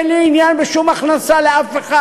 אין לי עניין בשום הכנסה לאף אחד.